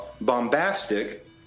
Bombastic